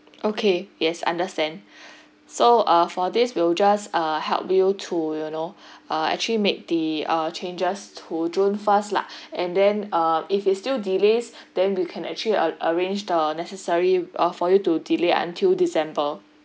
okay yes understand so err for this we'll just err help you to you know actually make the err changes to june first lah and then uh if it's still delays then we can actually ar~ arrange the necessary uh for you to delay until december